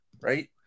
Right